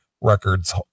records